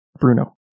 Bruno